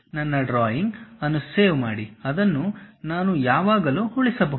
ನನ್ನ ಡ್ರಾಯಿಂಗ್ ಅನ್ನು ಸೇವ್ ಮಾಡಿ ಅದನ್ನು ನಾನು ಯಾವಾಗಲೂ ಉಳಿಸಬಹುದು